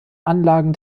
anlagen